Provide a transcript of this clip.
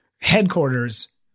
headquarters